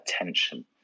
attention